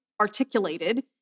articulated